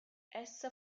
essa